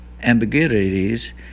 ambiguities